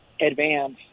advance